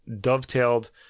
dovetailed